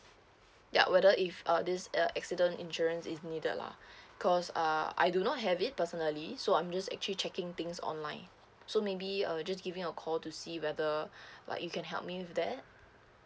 ya whether if uh this uh accident insurance is needed lah because uh I do not have it personally so I'm just actually checking things online so maybe uh just giving a call to see whether like you can help me with that